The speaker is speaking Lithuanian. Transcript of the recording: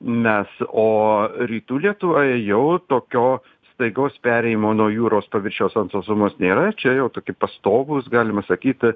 mes o rytų lietuvoj jau tokio staigaus perėjimo nuo jūros paviršiaus ant sausumos nėra čia jau tokie pastovūs galima sakyti